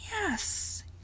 Yes